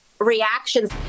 reactions